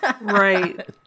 Right